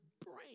brain